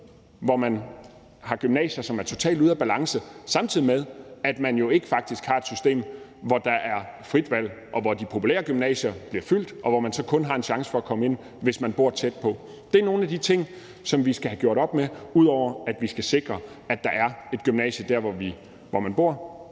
hvor man har gymnasier, som er totalt ude af balance, samtidig med at man jo faktisk har et system, hvor der ikke er frit valg, og hvor de populære gymnasier bliver fyldt, og hvor man så kun har en chance for at komme ind, hvis man bor tæt på. Det er nogle af de ting, som vi skal have gjort op med, ud over at vi skal sikre, at der er et gymnasie dér, hvor man bor